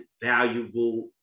valuable